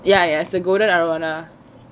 ya ya the golden arowana